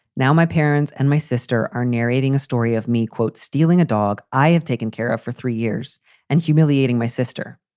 now my parents and my sister are narrating a story of me, quote, stealing a dog. i have taken care of. for three years and humiliating my sister.